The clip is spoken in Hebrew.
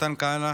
מתן כהנא,